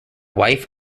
wife